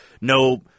no